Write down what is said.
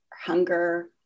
hunger